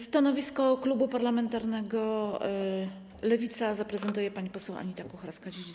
Stanowisko klubu parlamentarnego Lewica zaprezentuje pani poseł Anita Kucharska-Dziedzic.